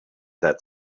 that